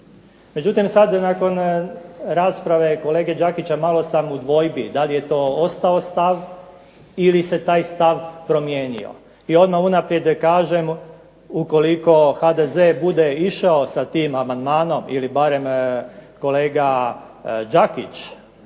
Međutim, sad nakon rasprave kolege Đakića malo sam u dvojbi da li je to ostao stav ili se taj stav promijenio. I odmah unaprijed da kažem, ukoliko HDZ bude išao sa tim amandmanom ili barem kolega Đakić